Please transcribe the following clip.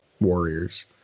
warriors